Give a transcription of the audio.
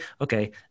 okay